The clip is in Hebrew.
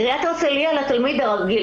עיריית הרצליה על התלמיד הרגיל,